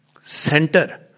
center